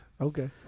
okay